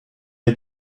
est